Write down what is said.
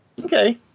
okay